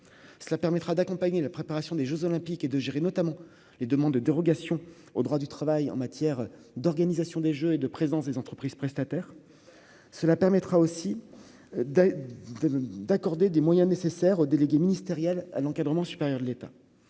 cela permettra d'accompagner la préparation des Jeux olympiques et de gérer notamment les demandes de dérogations au droit du travail en matière d'organisation des Jeux et de présence des entreprises prestataires, cela permettra aussi d'accorder des moyens nécessaires au délégué ministériel à l'encadrement supérieur de l'État